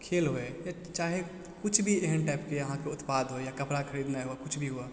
खेल होइ या चाहे किछु भी एहन टाइपके अहाँके उत्पाद होइ या कपड़ा खरीदनाइ हुअव या किछु भी हुअव